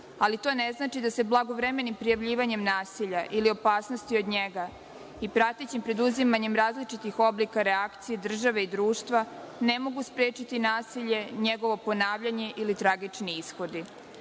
ali to ne znači da se blagovremenim prijavljivanjem nasilja ili opasnosti od njega i pratećim preduzimanjem različitih oblika reakcije države i društva ne mogu sprečiti nasilje, njegovo ponavljanje ili tragični ishodi. Ako